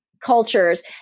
cultures